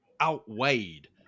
outweighed